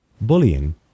Bullying